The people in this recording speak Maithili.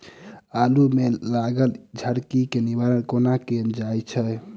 आलु मे लागल झरकी केँ निवारण कोना कैल जाय छै?